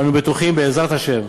אנו בטוחים, בעזרת השם,